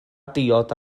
diod